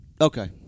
Okay